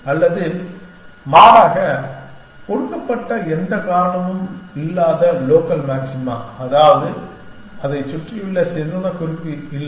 அல்லது மாறாக கொடுக்கப்பட்ட எந்த காரணமும் இல்லாத லோக்கல் மாக்சிமா அதாவது அதைச் சுற்றியுள்ள சிறந்த குறிப்பு இல்லை